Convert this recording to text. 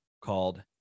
called